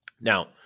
Now